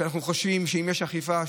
שאנחנו חושבים שאם יש אכיפה,